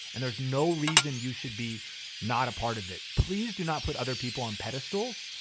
and there's no reason you should be not a part of it. please do not put other people on pedestals.